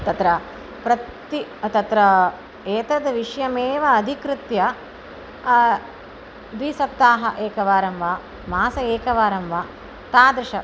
तत्र प्रति तत्र एतद् विषयमेव अधिकृत्य द्वि सप्ताहात् एकवारं वा मासे एकवारं वा तादृशम्